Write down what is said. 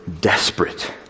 desperate